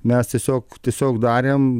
mes tiesiog tiesiog darėm